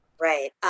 Right